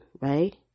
Right